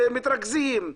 מתרגזים.